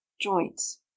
JOINTS